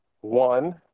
One